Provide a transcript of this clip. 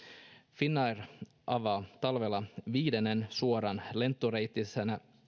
finnair avaa talvella viidennen suoran lentoreittinsä